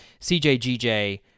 CJGJ